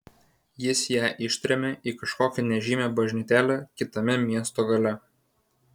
jis ją ištrėmė į kažkokią nežymią bažnytėlę kitame miesto gale